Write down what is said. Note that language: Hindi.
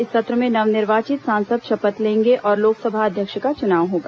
इस सत्र में नव निर्वाचित सांसद शपथ लेंगे और लोकसभा अध्यक्ष का चुनाव होगा